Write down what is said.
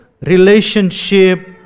relationship